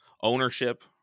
ownership